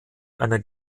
einer